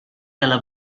dalla